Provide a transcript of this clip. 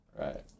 Right